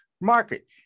market